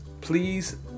please